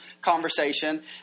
conversation